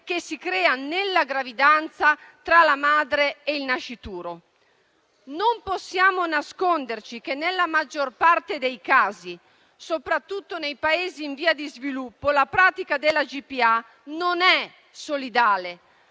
che si crea nella gravidanza tra la madre e il nascituro. Non possiamo nasconderci che nella maggior parte dei casi, soprattutto nei Paesi in via di sviluppo, la pratica della GPA non è solidale,